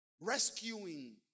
Rescuing